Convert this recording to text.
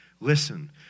listen